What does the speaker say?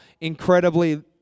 incredibly